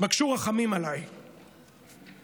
בקשו רחמים עליי, התליין!